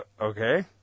Okay